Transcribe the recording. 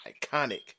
iconic